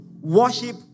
worship